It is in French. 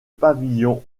pavillon